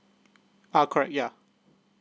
uh correct yeah